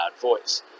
voice